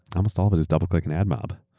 almost all of it is doubleclick and admob.